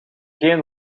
geen